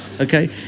okay